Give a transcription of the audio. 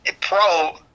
Pro